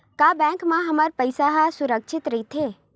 का बैंक म हमर पईसा ह सुरक्षित राइथे?